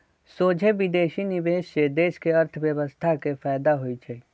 सोझे विदेशी निवेश से देश के अर्थव्यवस्था के फयदा होइ छइ